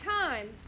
time